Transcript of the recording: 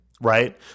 right